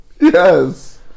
yes